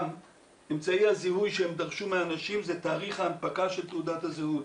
אמצעי הזיהוי שהם דרשו מהאנשים זה תאריך ההנפקה של תעודת הזהות.